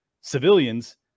civilians